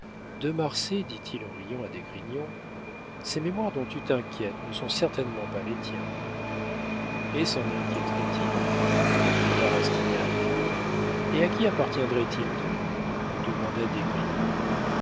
de marsay dit-il en riant à d'esgrignon ces mémoires dont tu t'inquiètes ne sont certainement pas les tiens et s'en inquiéterait il répliqua rastignac et à qui appartiendraient ils donc demanda d'esgrignon